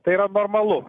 tai yra normalu